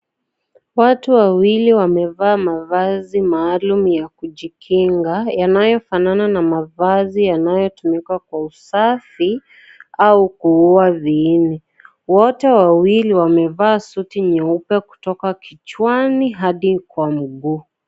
Watu wawili wamevaa mavazi maalum yakujikinga, yanayo fanana na mavazi yanayo tumika kwa usafi au kuua viini, wote wawili wamevaa suti nyeupe kutoka kichwani hadi kwa miguu.